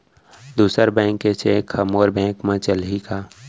दूसर बैंक के चेक ह मोर बैंक म चलही का?